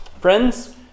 Friends